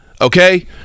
okay